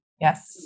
Yes